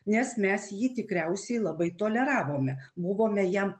nes mes jį tikriausiai labai toleravome buvome jam